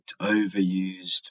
overused